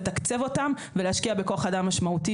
לתקצב אותם ולהשקיע בכוח אדם משמעותי